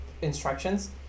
instructions